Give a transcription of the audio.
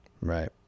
Right